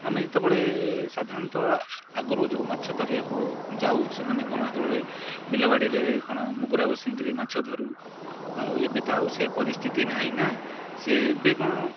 ଆମେ ଯେତେବେଳେ ସାଧାରଣତଃ ଆଗରୁ ଯେଉଁ ମାଛ ଧରିବାକୁ ଯାଉ ସେମାନେ କ'ଣ ସେତେବେଳେ ବିଲାବାଡ଼ିରେ କ'ଣ ମୁଗୁରା ବସେଇକିରି ମାଛ ଧରୁ ଆଉ ଏବେ ତ ଆଉ ସେ ପରିସ୍ଥିତି ନାହିଁ ନା ସେ ଏବେ କ'ଣ